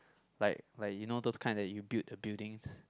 like like you know those kind that you build the buildings